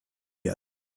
yet